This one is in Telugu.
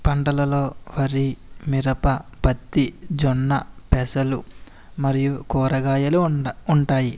పంటలలో వరి మిరప పత్తి జొన్నపెసలు మరియు కూరగాయలు ఉం ఉంటాయి